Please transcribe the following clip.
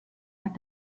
hat